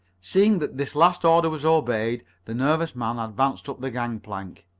seeing that this last order was obeyed, the nervous man advanced up the gangplank.